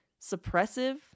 suppressive